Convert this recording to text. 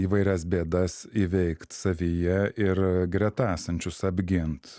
įvairias bėdas įveikt savyje ir greta esančius apgint